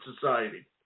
society